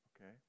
okay